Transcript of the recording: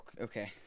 Okay